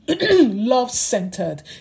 love-centered